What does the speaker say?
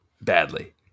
badly